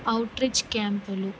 outreach క్యాంపులు